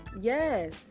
yes